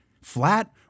Flat